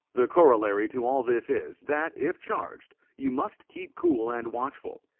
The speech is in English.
the corollary to all this is, that, if charged, you must keep cool and watchful,